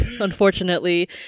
unfortunately